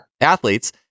athletes